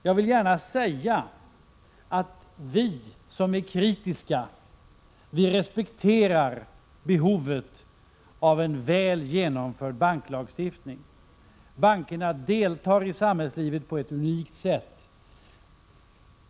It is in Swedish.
Jag vill gärna säga att vi som är kritiska respekterar behovet av en väl genomförd banklagstiftning. Bankerna deltar i samhällslivet på ett unikt sätt.